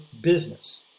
business